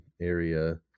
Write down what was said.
area